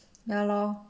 ya lor